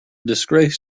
disgrace